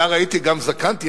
נער הייתי גם זקנתי,